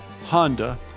Honda